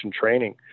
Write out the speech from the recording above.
training